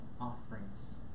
offerings